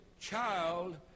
child